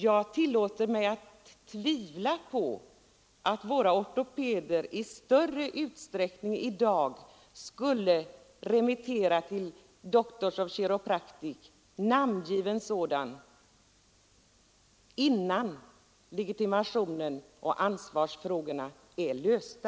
Jag tillåter mig att tvivla på att våra ortopeder i någon större utsträckning i dag skulle remittera till namngiven Doctor of Chiropractic innan frågorna om legitimation och ansvar är lösta.